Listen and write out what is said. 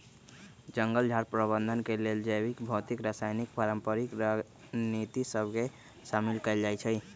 जंगल झार प्रबंधन के लेल जैविक, भौतिक, रासायनिक, पारंपरिक रणनीति सभ के शामिल कएल जाइ छइ